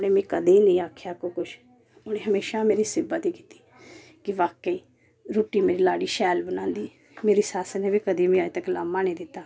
उनें मिगी कदें नी आखेआ कोई किश उनें म्हेशां मेरी सिफ्त ही कीती के वाक्य रूट्टी मेरी लाड़ी शैल बनांदी मेरी सस्स ने बी कदें मिगी अज्ज धोड़ी लामा नी दित्ता